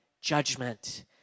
judgment